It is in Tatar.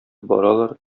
баралар